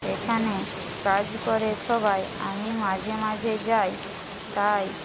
সেখানে কাজ করে সবাই আমি মাঝে মাঝে যাই তাই